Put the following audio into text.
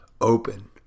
open